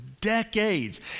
decades